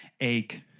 ache